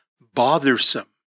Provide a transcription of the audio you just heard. bothersome